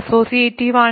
associative ആണ്